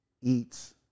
eats